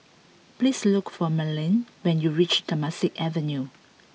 please look for Merlene when you reach Temasek Avenue